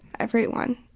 everyone.